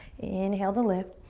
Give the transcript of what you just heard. inhale to lift,